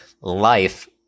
life